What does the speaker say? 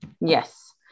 Yes